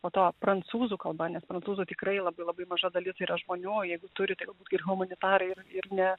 po to prancūzų kalba nes prancūzų tikrai labai labai maža dalis yra žmonių jeigu turite ir humanitarai ir ir ne